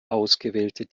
ausgewählte